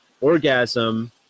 Orgasm